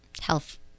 Health